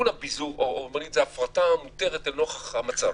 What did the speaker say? או בוא נגיד שזו הפרטה מותרת לנוכח המצב.